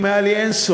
אם היה לי אין-סוף,